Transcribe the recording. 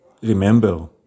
remember